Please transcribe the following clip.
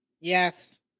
Yes